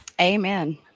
Amen